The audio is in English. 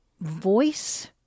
voice